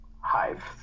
hive